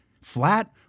flat